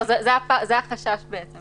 החשש הוא